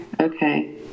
okay